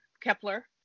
Kepler